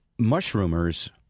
mushroomers